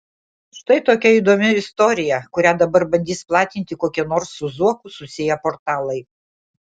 štai tokia įdomi istorija kurią dabar bandys platinti kokie nors su zuoku susiję portalai